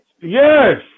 Yes